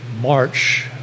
march